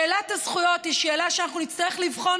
שאלת הזכויות היא שאלה שאנחנו נצטרך לבחון